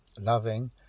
loving